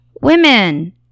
Women